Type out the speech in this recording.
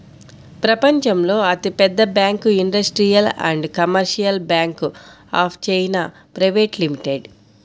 ప్రపంచంలో అతిపెద్ద bank industrial and commercial bank of China private limited